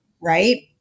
right